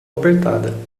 apertada